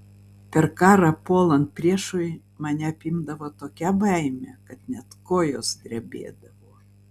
per karą puolant priešui mane apimdavo tokia baimė kad net kojos drebėdavo